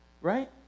right